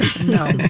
No